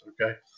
Okay